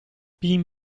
pin